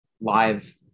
live